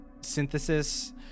synthesis